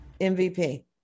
MVP